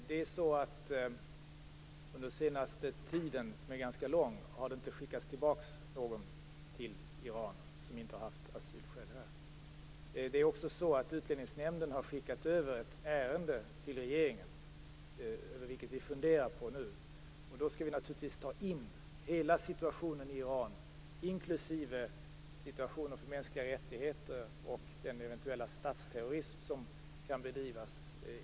Herr talman! Under en längre tid har det inte skickats tillbaka någon till Iran som inte har haft asylskäl här. Utlänningsnämnden har skickat över ett ärende till regeringen som vi nu funderar över. Då skall vi i vår bedömning naturligtvis ta in hela situationen i Iran inklusive situationen för mänskliga rättigheter och den eventuella statsterrorism som kan bedrivas.